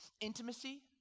intimacy